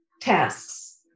tasks